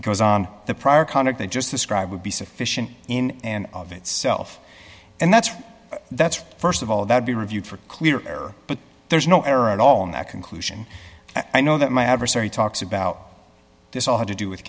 goes on the prior conduct they just described would be sufficient in and of itself and that's that's st of all that be reviewed for clear error but there's no error at all in that conclusion i know that my adversary talks about this all had to do with